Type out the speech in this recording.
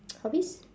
hobbies